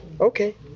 Okay